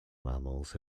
mammals